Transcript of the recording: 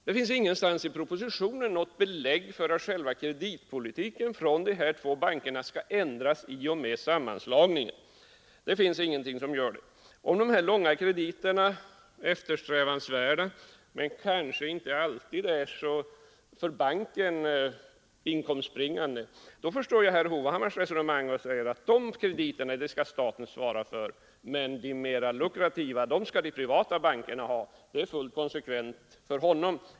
Det finns ingenstans i propositionen något belägg för att själva kreditpolitiken från de här två bankerna skall ändras i och med sammanslagningen. Om de långa krediterna är eftersträvansvärda men kanske inte alltid så inkomstbringande för banken, förstår jag herr Hovhammars resonemang: de krediterna skall staten svara för, men de mera lukrativa skall de privata bankerna ha. Det är fullt konsekvent för honom.